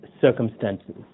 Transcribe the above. Circumstances